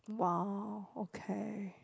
!wow! okay